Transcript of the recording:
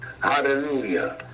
hallelujah